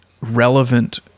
relevant